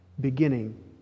beginning